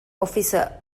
އޮފިސަރ